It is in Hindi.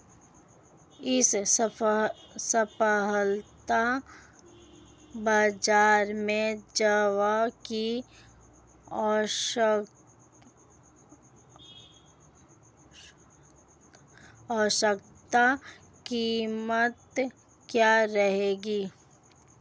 इस सप्ताह बाज़ार में ज्वार की औसतन कीमत क्या रहेगी?